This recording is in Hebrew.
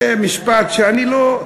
זה משפט שאני לא,